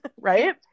Right